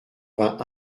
vingt